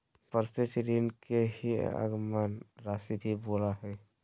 प्रत्यक्ष ऋण के ही आगमन राशी भी बोला हइ